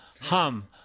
hum